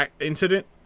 incident